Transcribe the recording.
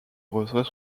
reçoit